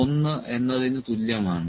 1 എന്നതിന് തുല്യമാണ്